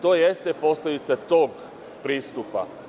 To jeste posledica tog pristupa.